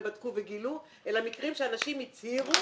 בדקו וגילו אלא מקרים שאנשים הצהירו